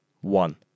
one